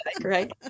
right